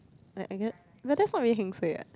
like I get but that's not really heng suay [what]